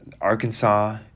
Arkansas